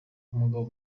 uwo